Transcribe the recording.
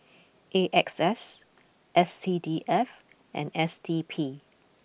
A X S S C D F and S D P